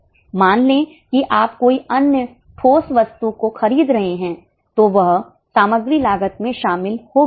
मान ले कि आप कोई अन्य ठोस वस्तु को खरीद रहे हैं तो वह सामग्री लागत में शामिल होगी